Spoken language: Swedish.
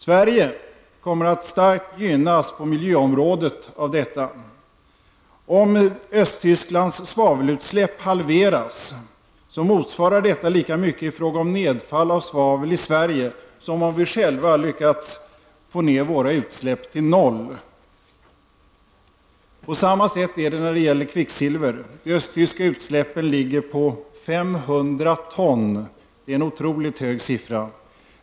Sverige kommer att starkt gynnas av detta på miljöområdet. Om Östtysklands svavelutsläpp halveras, motsvarar det lika mycket i fråga om nedfall av svavel som om vi själva lyckades få ned våra utsläpp till noll. På samma sätt är det vad gäller kvicksilver. De östtyska utsläppen ligger på 500 ton -- en otroligt hög siffra.